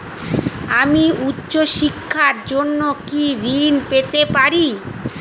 আমি উচ্চশিক্ষার জন্য কি ঋণ পেতে পারি?